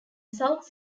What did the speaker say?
south